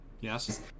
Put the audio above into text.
yes